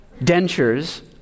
dentures